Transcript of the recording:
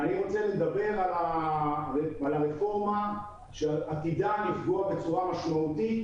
ואני רוצה לדבר על הרפורמה שעתידה לפגוע בצורה משמעותית